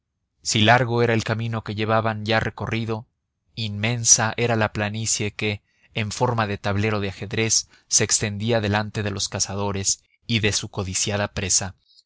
si largo era el camino que llevaban ya recorrido inmensa era la planicie que en forma de tablero de ajedrez se extendía delante de los cazadores y de su codiciada presa